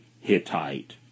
Hittite